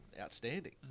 outstanding